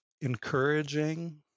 encouraging